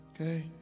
Okay